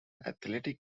athletic